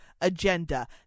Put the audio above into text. agenda